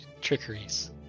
trickeries